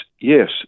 yes